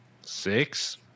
Six